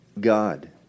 God